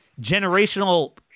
generational